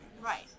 Right